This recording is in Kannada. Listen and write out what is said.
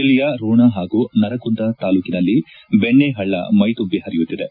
ಜಿಲ್ಲೆಯ ರೋಣ ಹಾಗೂ ನರಗುಂದ ತಾಲೂಕಿನಲ್ಲಿ ಬೆಣ್ಣಪಳ್ಳ ಮೈದುಂಬಿ ಪರಿಯುತ್ತಿದೆ